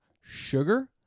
sugar